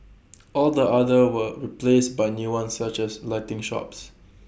all the others were replaced by new ones such as lighting shops